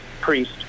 priest